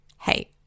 Hey